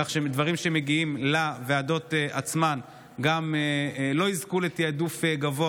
כך שדברים שמגיעים לוועדות עצמן גם לא יזכו לתיעדוף גבוה,